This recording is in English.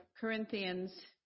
Corinthians